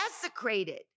desecrated